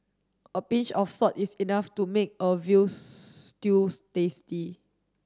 a pinch of salt is enough to make a veals stews tasty